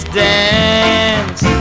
dance